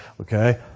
Okay